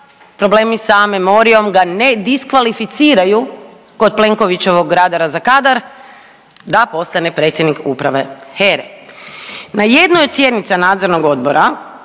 problemi sa memorijom ga ne diskvalificiraju kod Plenkovićevog radara za kadar da postane predsjednik uprave HERA-e. Na jednoj od sjednica nadzornog odbora